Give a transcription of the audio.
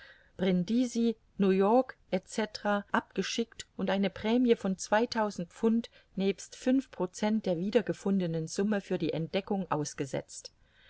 new-york etc abgeschickt und eine prämie von zweitausend pfund nebst fünf procent der wieder gefundenen summe für die entdeckung ausgesetzt